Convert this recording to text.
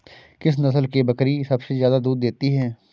किस नस्ल की बकरी सबसे ज्यादा दूध देती है?